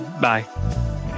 bye